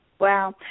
Wow